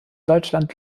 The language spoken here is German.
deutschland